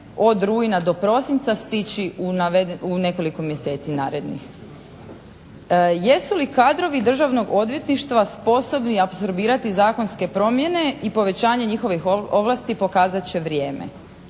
od rujna do prosinca stići u nekoliko mjeseci narednih. Jesu li kadrovi Državnog odvjetništva sposobni apsorbirati zakonske promjene i povećanje njihovih ovlasti pokazati će vrijeme.